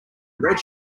red